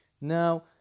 Now